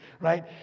right